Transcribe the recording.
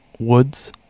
Woods